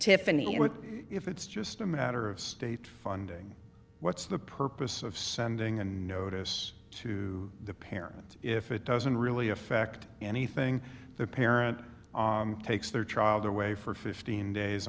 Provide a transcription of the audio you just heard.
tiffany it if it's just a matter of state funding what's the purpose of sending a notice to the parent if it doesn't really affect anything the parent takes their child away for fifteen days